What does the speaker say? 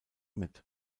mit